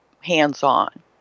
hands-on